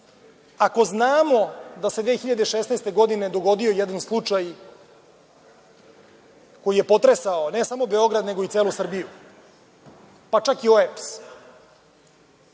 ako znamo da se 2016. godine dogodio jedan slučaj koji je potresao, ne samo Beograd, nego i celu Srbiju, pa čak i OEBS,